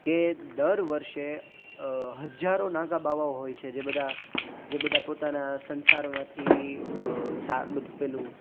કે દર વર્ષે હજારો નાગા બાવાઓ હોય છે જે બધા જે બધા પોતાના સંસારમાંથી સા બધું પેલું